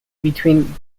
between